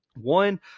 One